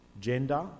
gender